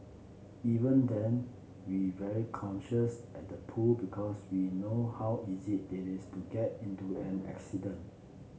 even then we very cautious at the pool because we know how easy it is to get into an accident